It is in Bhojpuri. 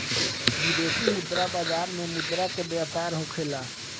विदेशी मुद्रा बाजार में मुद्रा के व्यापार होखेला